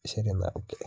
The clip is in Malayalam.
ശരിയെന്നാൽ ഓക്കെ